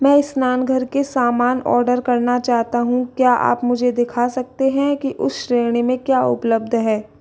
मैं स्नानघर के सामान ऑर्डर करना चाहता हूँ क्या आप मुझे दिखा सकते हैं कि उस श्रेणी में क्या उपलब्ध है